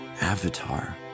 Avatar